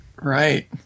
Right